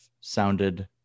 sounded